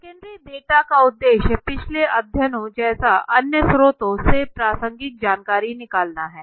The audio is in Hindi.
सेकेंडरी डेटा का उद्देश्य पिछले अध्ययनों जैसे अन्य स्रोतों से प्रासंगिक जानकारी निकालना है